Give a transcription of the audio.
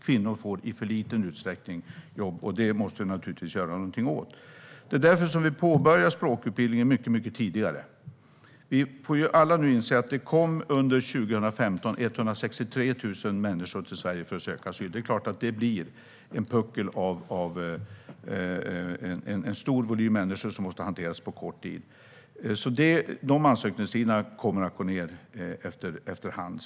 Kvinnor får jobb i för liten utsträckning, och det måste vi naturligtvis göra någonting åt. Det är därför som vi påbörjar språkutbildningen mycket tidigare. Vi får alla inse att det under år 2015 kom 163 000 människor till Sverige för att söka asyl. Det är klart att det blir en puckel, en stor volym människor, som måste hanteras på kort tid. De ansökningstiderna kommer dock att gå ned efter hand.